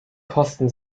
kosten